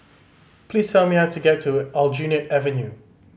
please tell me how to get to Aljunied Avenue